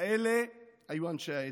כאלה היו אנשי האצ"ל,